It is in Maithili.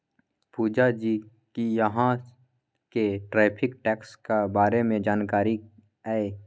पुजा जी कि अहाँ केँ टैरिफ टैक्सक बारे मे जानकारी यै?